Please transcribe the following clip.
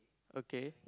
okay